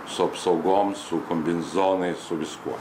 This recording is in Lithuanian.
su apsaugom su kombinzonais su viskuo